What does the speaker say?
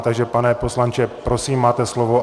Takže pane poslanče, prosím, máte slovo.